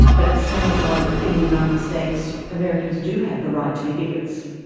but it sounds like in the united states americans do have the right to be bigots.